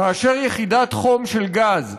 כאשר יחידת חום של גז,